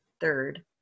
Third